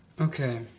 Okay